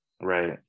Right